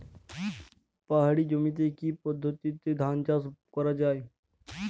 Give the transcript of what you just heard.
পাহাড়ী জমিতে কি পদ্ধতিতে ধান চাষ করা যায়?